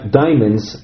diamonds